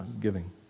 giving